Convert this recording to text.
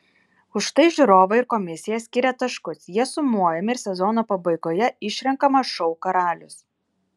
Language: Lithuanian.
už tai žiūrovai ir komisija skiria taškus jie sumojami ir sezono pabaigoje išrenkamas šou karalius